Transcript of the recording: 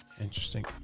Interesting